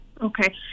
okay